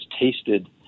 tasted